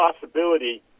possibility